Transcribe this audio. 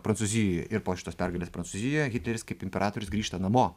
prancūzijoje ir po šitos pergalės prancūzijoje hitleris kaip imperatorius grįžta namo